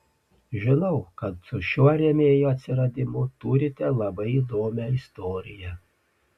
žinau kad su šiuo rėmėjo atsiradimu turite labai įdomią istoriją